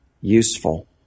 useful